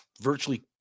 virtually